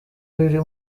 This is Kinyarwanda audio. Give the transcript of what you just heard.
biri